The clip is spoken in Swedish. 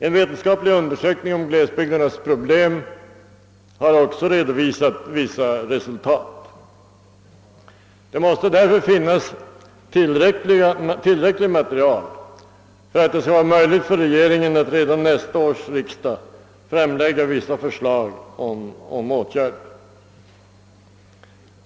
En vetenskaplig undersökning om glesbygdernas problem har också redovisat vissa resultat. Det måste därför finnas tillräckligt material för att regeringen redan för nästa års riksdag skall kunna framlägga vissa förslag till åtgärder.